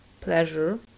pleasure